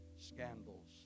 scandals